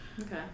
Okay